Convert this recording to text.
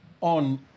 on